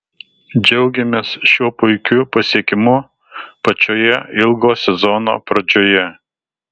džiaugiamės šiuo puikiu pasiekimu pačioje ilgo sezono pradžioje